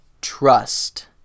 trust